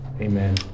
Amen